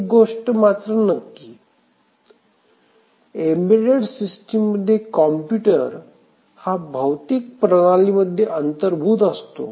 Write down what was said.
एक गोष्ट मात्र नक्की एम्बेडेड सिस्टिम मध्ये कॉम्प्युटर हा भौतिक प्रणालीमध्ये अंतर्भूत असतो